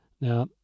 Now